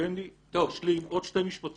תן לי רק להשלים עוד שני משפטים.